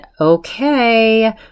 okay